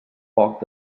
foc